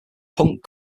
punk